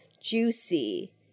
juicy